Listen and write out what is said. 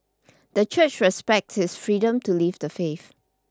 the Church respects his freedom to leave the faith